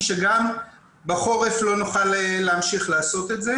שגם בחורף לא נוכל להמשיך לעשות את זה